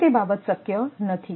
અહીં તે બાબત શક્ય નથી